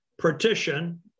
partition